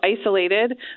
isolated